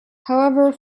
however